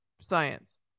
science